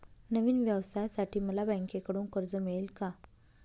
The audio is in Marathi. नवीन व्यवसायासाठी मला बँकेकडून कर्ज मिळेल का?